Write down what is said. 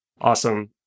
Awesome